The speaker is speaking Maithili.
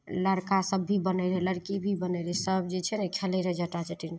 लड़िका सब भी बनय रहय लड़की भी बनय रहय सब जे छै ने खेलय रहय जटा जटिन